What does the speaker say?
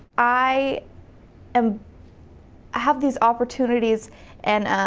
i um have these opportunities and